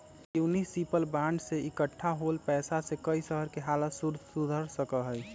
municipal bond से इक्कठा होल पैसा से कई शहर के हालत सुधर सका हई